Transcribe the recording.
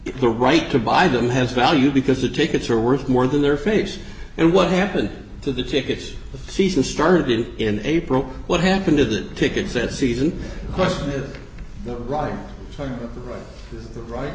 your right to buy them has value because the tickets are worth more than their face and what happened to the tickets the season started in april what happened to the tickets that season was the right right